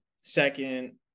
second